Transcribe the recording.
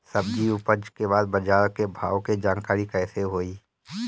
सब्जी उपज के बाद बाजार के भाव के जानकारी कैसे होई?